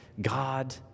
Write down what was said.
God